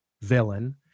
villain